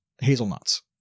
hazelnuts